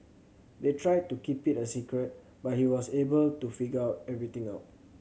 they tried to keep it a secret but he was able to figure everything out